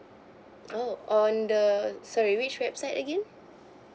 oh on the sorry which website again